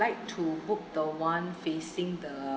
like to book the one facing the